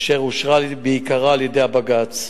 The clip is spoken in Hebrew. אשר אושרה בעיקרה על-ידי בג"ץ.